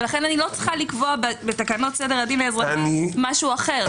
לכן אני לא צריכה לקבוע בתקנות סדר הדין האזרחי משהו אחר.